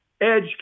edge